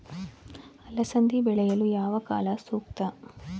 ಅಲಸಂದಿ ಬೆಳೆಯಲು ಯಾವ ಕಾಲ ಸೂಕ್ತ?